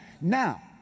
Now